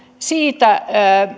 siitä